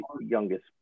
youngest